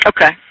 Okay